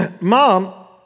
Mom